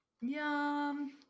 Yum